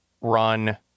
run